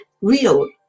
real